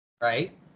Right